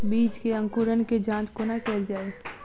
बीज केँ अंकुरण केँ जाँच कोना केल जाइ?